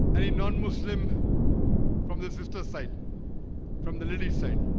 any non-muslim from the sister side from the lily side